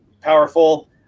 powerful